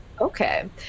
Okay